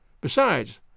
Besides